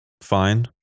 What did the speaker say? fine